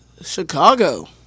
Chicago